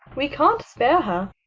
we can't spare her.